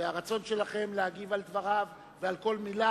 והרצון שלכם להגיב על דבריו ועל כל מלה,